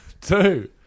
Two